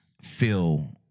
feel